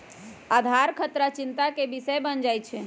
आधार खतरा चिंता के विषय बन जाइ छै